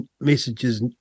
messages